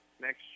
next